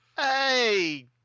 Hey